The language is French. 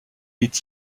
est